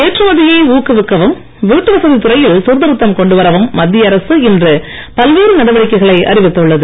ஏற்றுமதியை ஊக்குவிக்கவும் வீட்டுவசதித் துறையில் சீர்திருத்தம் கொண்டு வரவும் மத்திய அரசு இன்று பல்வேறு நடவடிக்கைகளை அறிவித்துள்ளது